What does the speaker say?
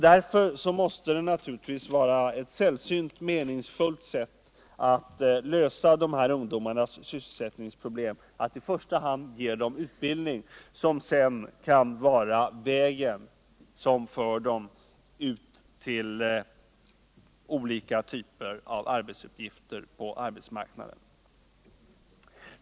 Därför måste det naturligtvis vara ovanligt meningsfullt att lösa de här ungdomarnas sysselsättningsproblem genom att i första hand ge dem utbildning, som sedan kan vara vägen som för dem ut till olika typer av arbetsuppgifter på arbetsmarknaden.